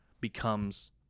becomes